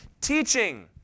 teaching